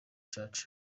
church